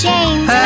James